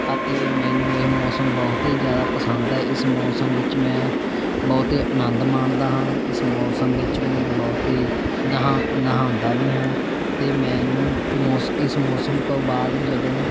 ਅਤੇ ਮੈਨੂੰ ਇਹ ਮੌਸਮ ਬਹੁਤ ਹੀ ਜ਼ਿਆਦਾ ਪਸੰਦ ਹੈ ਇਸ ਮੌਸਮ ਵਿੱਚ ਮੈਂ ਬਹੁਤ ਹੀ ਅਨੰਦ ਮਾਣਦਾ ਹਾਂ ਇਸ ਮੌਸਮ ਵਿੱਚ ਮੈਂ ਬਹੁਤ ਹੀ ਨਹਾ ਨਹਾਂਦਾ ਵੀ ਹਾਂ ਅਤੇ ਮੈਨੂੰ ਮੌ ਇਸ ਮੌਸਮ ਤੋਂ ਬਾਅਦ ਜਦੋਂ